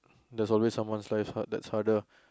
there's always someone life hard that is harder